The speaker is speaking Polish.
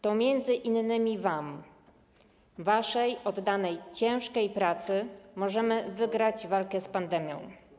To m.in. dzięki wam, waszej oddanej ciężkiej pracy możemy wygrać walkę z pandemią.